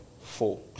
four